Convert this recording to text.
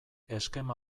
eskema